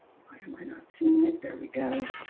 why am i not seeing it? there we go.